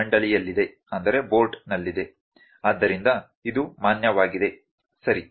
ಆದ್ದರಿಂದ ಇದು ಮಾನ್ಯವಾಗಿದೆ ಸರಿ